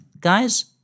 guys